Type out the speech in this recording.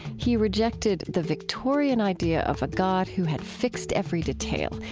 he rejected the victorian idea of a god who had fixed every detail,